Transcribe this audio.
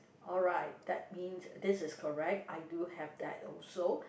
alright that means this is correct I do have that also